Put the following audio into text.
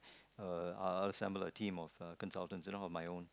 uh I will assemble the theme of uh consultant you know on my own